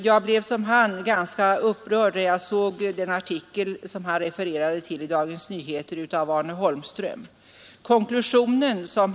Jag blev som han ganska upprörd när jag läste den artikel i Dagens Nyheter av Arne Holmström som han refererade till.